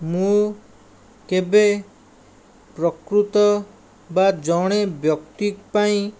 ମୁଁ କେବେ ପ୍ରକୃତ ବା ଜଣେ ବ୍ୟକ୍ତି ପାଇଁ